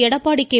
Edappadi K